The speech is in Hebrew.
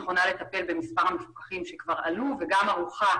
נכונה לטפל במספר המפוקחים שכבר עלו וגם ערוכה